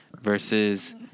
versus